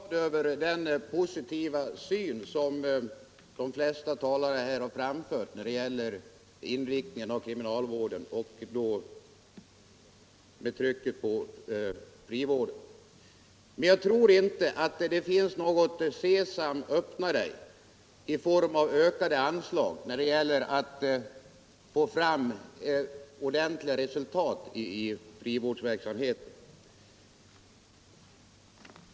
Herr talman! Jag är glad över den positiva syn som de flesta talare här framfört när det gäller inriktningen av kriminalvården — med betoning på frivården. Jag tror dock inte att det finns något ”sesam, öppna dig” om man med ökade anslag vill åstadkomma ett ordentligt resultat i frivårdsverksamheten.